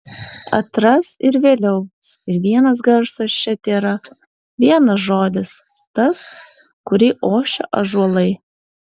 atras ir vėliau ir vienas garsas čia tėra vienas žodis tas kurį ošia ąžuolai